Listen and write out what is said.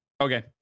Okay